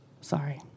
Sorry